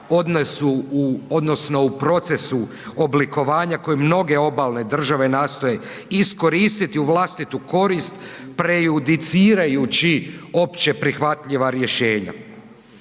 odnosno u procesu oblikovanja koji mnoge obalne države nastoje iskoristiti u vlastitu korist prejudicirajući opće prihvatljiva rješenja.